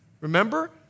Remember